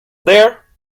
there